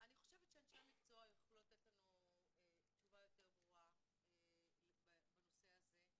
אני חושבת שאנשי המקצוע יוכלו לתת לנו תשובה יותר ברורה בנושא הזה,